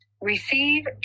receive